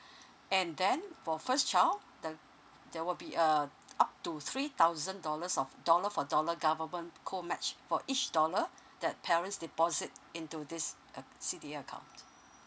and then for first child the there will be uh up to three thousand dollars of dollar for dollar government cold match for each dollar that parents deposit into this uh C_D_A account